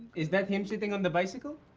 is that him sitting on the bicycle?